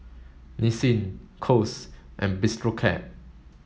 Nissin Kose and Bistro Cat